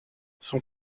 son